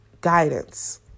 guidance